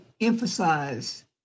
emphasize